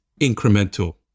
incremental